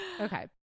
Okay